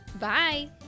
Bye